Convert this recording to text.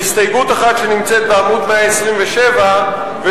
והסתייגות אחת שנמצאת בעמוד 127 ומבקשת